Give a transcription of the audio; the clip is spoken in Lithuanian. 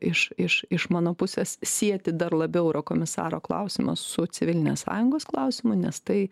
iš iš iš mano pusės sieti dar labiau eurokomisaro klausimą su civilinės sąjungos klausimu nes tai